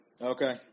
Okay